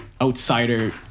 outsider –